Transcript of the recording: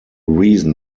reason